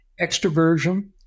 Extroversion